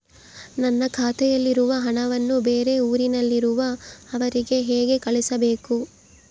ನನ್ನ ಖಾತೆಯಲ್ಲಿರುವ ಹಣವನ್ನು ಬೇರೆ ಊರಿನಲ್ಲಿರುವ ಅವರಿಗೆ ಹೇಗೆ ಕಳಿಸಬೇಕು?